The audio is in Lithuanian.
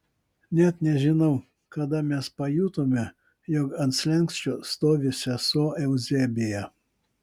net nežinau kada mes pajutome jog ant slenksčio stovi sesuo euzebija